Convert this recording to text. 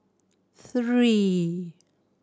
three